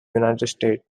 united